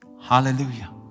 Hallelujah